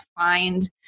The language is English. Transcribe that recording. find